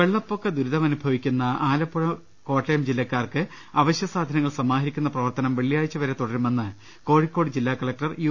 വെള്ളപ്പൊക്ക ദുരിതമനുഭവിക്കുന്ന ആലപ്പുഴ കോട്ടയം ജില്ലക്കാർക്ക് അവശ്യസാധ നങ്ങൾ സമാഹരിക്കുന്ന പ്രവർത്തനം വെള്ളിയാഴ്ച വരെ തുടരുമെന്ന് കോഴിക്കോട് ജില്ലാ കലക്ടർ യു